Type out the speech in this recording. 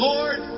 Lord